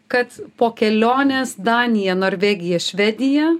kad po kelionės danija norvegija švedija